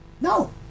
No